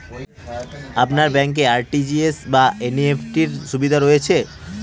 আপনার ব্যাংকে আর.টি.জি.এস বা এন.ই.এফ.টি র সুবিধা রয়েছে?